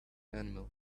animals